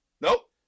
Nope